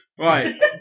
Right